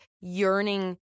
yearning